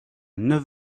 neuf